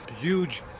Huge